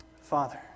Father